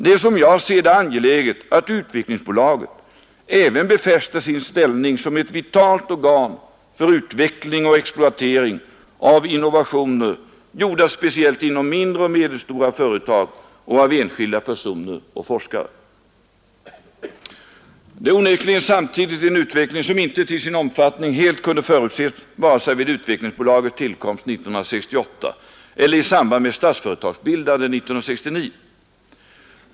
Det är som jag ser det angeläget att Utvecklingsbolaget även befäster sin ställning som ett vitalt organ för utveckling och exploatering av innovationer gjorda speciellt inom mindre och medelstora företag och av enskilda personer och forskare. Det är onekligen samtidigt en utveckling som inte till sin omfattning helt kunde förutses vare sig vid Utvecklingsbolagets tillkomst 1968 eller i samband med Statsföretags bildande 1969.